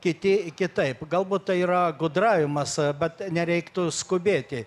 kiti kitaip galbūt tai yra gudravimas bet nereiktų skubėti